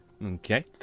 Okay